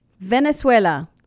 Venezuela